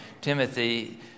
Timothy